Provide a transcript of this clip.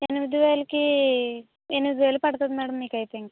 ఎనిమిది వెలకి ఎనిమిది వేలు పడుతుంది మేడం మీకయితే ఇంక